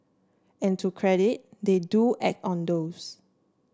and to credit they do act on those